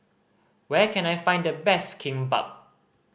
where can I find the best Kimbap